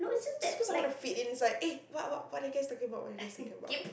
just because I wanna fit in it's like eh what what are you guys talking about what are you guys talking about